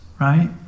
right